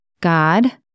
God